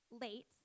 late